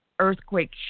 Earthquake